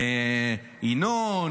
ינון,